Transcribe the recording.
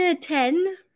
ten